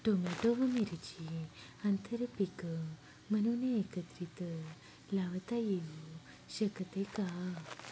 Tomato व मिरची आंतरपीक म्हणून एकत्रित लावता येऊ शकते का?